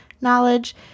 knowledge